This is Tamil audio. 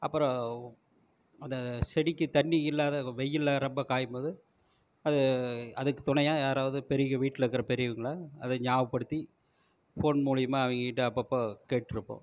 அப்புறம் அந்த செடிக்கு தண்ணி இல்லாத வெயிலில் ரொம்ப காயும்போது அது அதுக்கு துணையாக யாராவது வீட்டிலக்குற பெரியவங்கலாம் அதை ஞாபகப்படுத்தி ஃபோன் மூலிமா அவங்ககிட்ட அப்பப்போ கேட்டிருப்போம்